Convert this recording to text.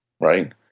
right